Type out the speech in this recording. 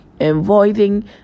avoiding